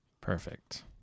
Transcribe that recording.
Perfect